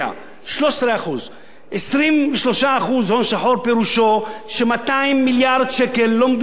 13%. 23% הון שחור פירושו ש-200 מיליארד שקל לא מדווחים.